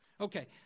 Okay